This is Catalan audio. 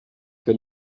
que